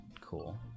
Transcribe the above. Cool